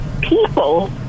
people